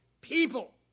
people